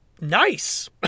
nice